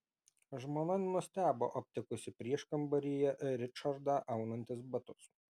žmona nustebo aptikusi prieškambaryje ričardą aunantis batus